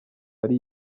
ari